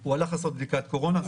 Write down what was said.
הוא הלך לעשות בדיקת קורונה.